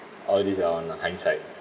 all these are on a hindsight